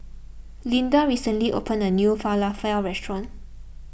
Lynda recently opened a new Falafel restaurant